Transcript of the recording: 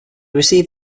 received